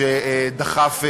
שדחף,